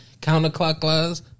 Counterclockwise